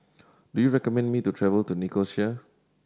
do you recommend me to travel to Nicosia